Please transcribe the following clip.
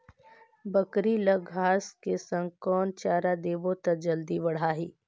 बकरी ल घांस के संग कौन चारा देबो त जल्दी बढाही?